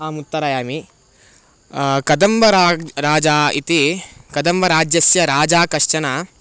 अहम् उत्तरामि कदम्बरा राजा इति कदम्बराज्यस्य राजा कश्चन